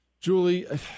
Julie